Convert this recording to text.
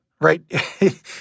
Right